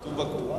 כתוב בקוראן?